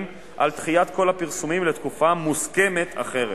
על דחיית כל הפרסומים לתקופה מוסכמת אחרת.